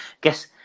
guess